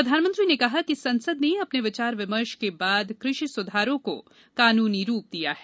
प्रधानमंत्री ने कहा कि संसद ने बहत विचार विमर्श के बाद कृषि सुधारों को कानूनी रूप दिया है